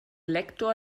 lektor